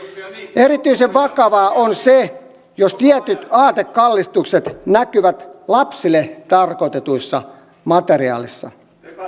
erityisen vakavaa on se jos tietyt aatekallistukset näkyvät lapsille tarkoitetussa materiaalissa